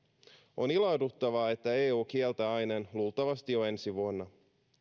on ilahduttavaa että eu kieltää aineen luultavasti jo ensi vuonna